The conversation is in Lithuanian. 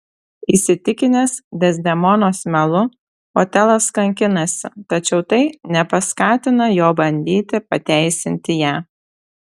įsitikinęs dezdemonos melu otelas kankinasi tačiau tai nepaskatina jo bandyti pateisinti ją